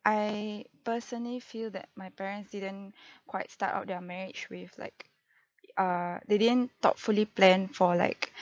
I personally feel that my parents didn't quite start out their marriage with like err they didn't thoughtfully plan for like